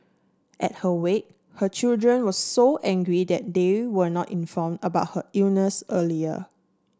at her wake her children were so angry that they were not informed about her illness earlier